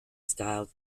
styled